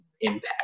impact